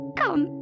come